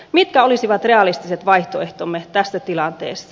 mitkä olisivat realistiset vaihtoehtomme tässä tilanteessa